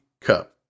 cup